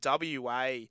WA